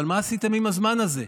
אבל מה עשיתם עם הזמן הזה?